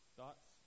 Thoughts